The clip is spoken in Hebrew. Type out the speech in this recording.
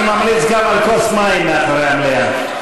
אני ממליץ גם על כוס מים מאחורי המליאה.